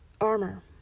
armor